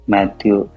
Matthew